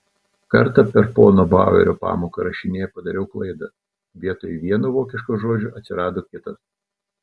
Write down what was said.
kartą per pono bauerio pamoką rašinyje padariau klaidą vietoj vieno vokiško žodžio atsirado kitas